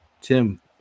Tim